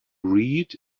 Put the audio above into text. read